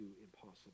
impossible